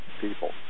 people